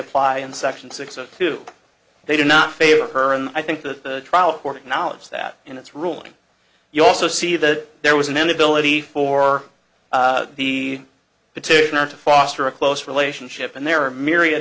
apply in section six of two they did not favor her and i think that the trial court knowledge that in its ruling you also see that there was an inability for the petitioner to foster a close relationship and there are myriad